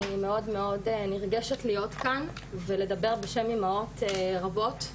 אני מאוד מאוד נרגשת להיות כאן ולדבר בשם אימהות רבות,